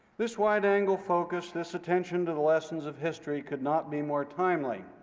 this wide-angle focus, this attention to the lessons of history could not be more timely,